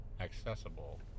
accessible